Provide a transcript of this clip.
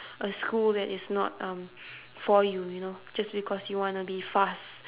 a school that is not um for you you know just because you wanna be fast